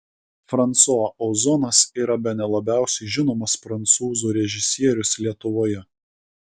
fransua ozonas yra bene labiausiai žinomas prancūzų režisierius lietuvoje